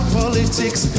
politics